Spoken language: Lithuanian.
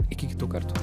iki kitų kartų